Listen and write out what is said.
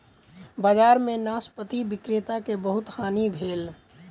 बजार में नाशपाती विक्रेता के बहुत हानि भेल